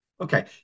Okay